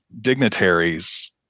dignitaries